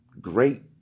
great